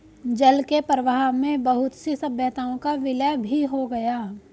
जल के प्रवाह में बहुत सी सभ्यताओं का विलय भी हो गया